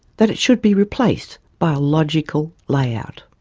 that it should be replaced by a logical layout.